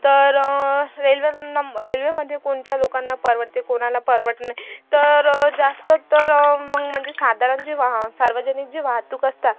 तर रेल्वे रेल्वेमध्ये कोणत्या लोकांना परवडते कोणाला परवड नाही तर जास्त तर मग म्हणजे साधारण जे वाह सार्वजनिक जे वाहतूक असतात